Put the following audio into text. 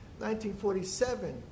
1947